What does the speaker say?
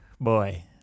boy